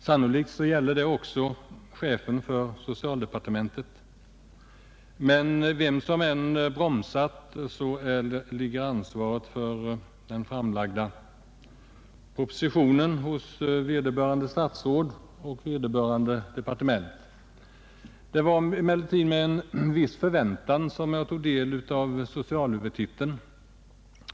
Sannolikt gäller detta också för socialdepartementet. Men vem som än har bromsat ligger ansvaret för den framlagda propositionen hos vederbörande statsråd och departement. Det var med en viss förväntan som jag tog del av socialhuvudtiteln.